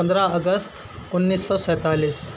پندرہ اگست انیس سو سینتالیس